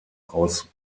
aus